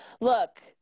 Look